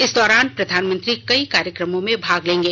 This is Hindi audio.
इस दौरान प्रधानमंत्री कई कार्यक्रमों में भाग लेंगे